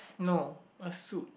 no my suit